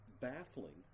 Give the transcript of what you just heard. baffling